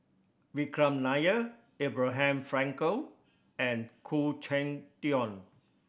Vikram Nair Abraham Frankel and Khoo Cheng Tiong